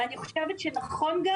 ואני חושבת שנכון,